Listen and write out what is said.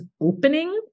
opening